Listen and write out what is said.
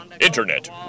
Internet